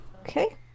Okay